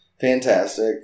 fantastic